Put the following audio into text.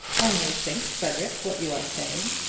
only think, frederic, what you are saying.